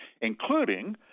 including